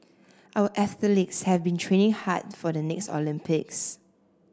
our athletes have been training hard for the next Olympics